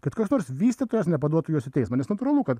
kad koks nors vystytojas nepaduotų jos į teismą nes natūralu kad